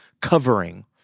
covering